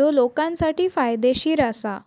जो लोकांसाठी फायदेशीर आसा